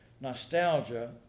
Nostalgia